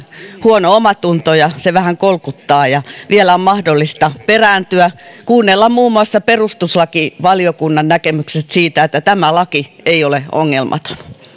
huono omatunto ja se vähän kolkuttaa vielä on mahdollista perääntyä kuunnella muun muassa perustuslakivaliokunnan näkemykset siitä että tämä laki ei ole ongelmaton se